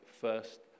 first